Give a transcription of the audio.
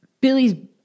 Billy's